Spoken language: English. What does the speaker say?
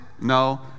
No